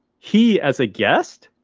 he as a guest.